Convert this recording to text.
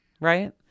Right